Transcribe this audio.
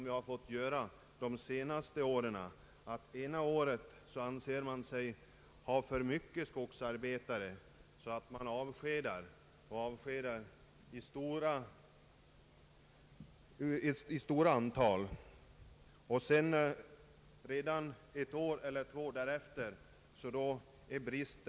Vi har de senare åren fått uppleva att man ena året anser sig ha för många skogsarbetare och avskedar ett stort antal, medan man bara ett eller två år senare har skriande brist.